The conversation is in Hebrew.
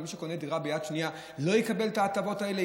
ומי שקונה דירה ביד שנייה לא יקבל את ההטבות האלה?